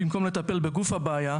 במקום לטפל בגוף הבעיה,